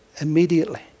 immediately